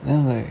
then like